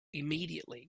immediately